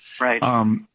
Right